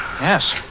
Yes